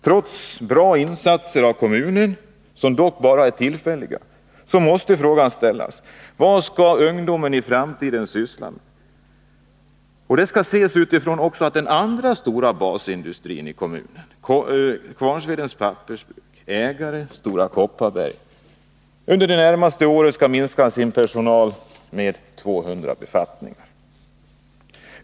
Trots bra insatser av kommunen, som dock bara är tillfälliga, måste frågan ställas: Vad skall ungdomen i framtiden syssla med? Situationen skall också ses utifrån det faktum att den andra stora basindustrin i kommunen, Kvarnsvedens pappersbruk, ägt av Stora Kopparberg, under det närmaste året skall minska personalen med 200 personer.